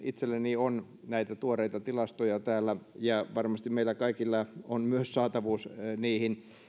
itselläni on näitä tuoreita tilastoja täällä kuten mainitsin varmasti myös meillä kaikilla on pääsy niihin